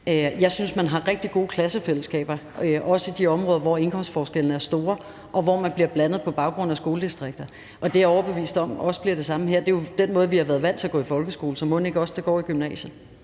Jeg synes, man har rigtig gode klassefællesskaber også i de områder, hvor indkomstforskellene er store, og hvor man bliver blandet på baggrund af skoledistrikter. Det er jeg overbevist om også bliver det samme her. Det er jo den måde, vi har været vant til at gå i folkeskolen på, så mon ikke også det går i gymnasiet?